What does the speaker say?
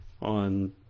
on